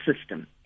system